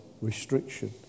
restriction